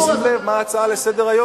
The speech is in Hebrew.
שים לב מה ההצעה לסדר-היום.